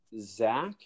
Zach